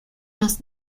nos